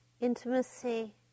Intimacy